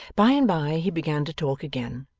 by and bye, he began to talk again,